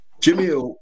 Jimmy